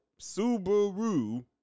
Subaru